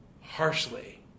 harshly